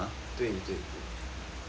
对对